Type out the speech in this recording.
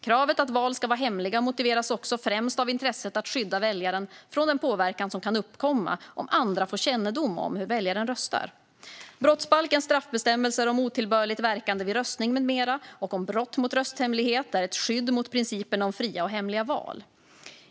Kravet att val ska vara hemliga motiveras också främst av intresset att skydda väljaren från den påverkan som kan uppkomma om andra får kännedom om hur väljaren röstar. Brottsbalkens straffbestämmelser om otillbörligt verkande vid röstning med mera och om brott mot rösthemlighet är ett skydd för principerna om fria och hemliga val.